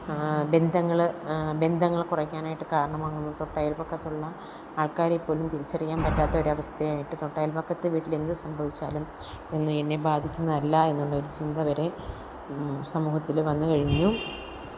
ബന്ധങ്ങൾ ബന്ധങ്ങള് കുറയ്ക്കാനായിട്ട് കാരണമാകുന്നു തൊട്ടയല്പ്പക്കത്തുള്ള ആള്ക്കാരെപ്പോലും തിരിച്ചറിയാന് പറ്റാത്തൊരവസ്ഥയായിട്ട് തൊട്ടയല്പ്പക്കത്തെ വീട്ടിലെന്തു സംഭവിച്ചാലും ഒന്നും എന്നെ ബാധിക്കുന്നതല്ലയെന്നുള്ളൊരു ചിന്ത വരെ സമൂഹത്തിൽ വന്നു കഴിഞ്ഞു